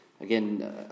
Again